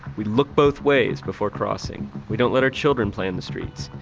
we look both ways before crossing. we don't let our children play in the streets.